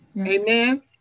Amen